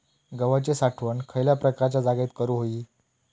गव्हाची साठवण खयल्या प्रकारच्या जागेत करू होई?